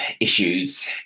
issues